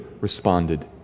responded